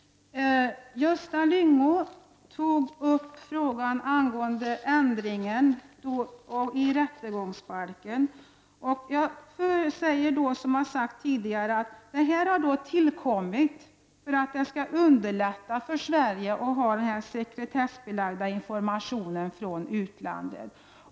Gösta Lyngå tog upp ändringen i rättegångsbalken. Jag säger som jag har sagt tidigare att den ändringen tillkom för att underlätta för Sverige att få sekretessbelagd information från utlandet.